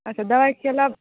अच्छा दबाइ खेला